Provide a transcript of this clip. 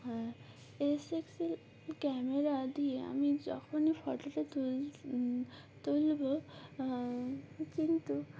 হ্যাঁ S Excel camera দিয়ে আমি যখনই ফটোটা তুল তুলব কিন্তু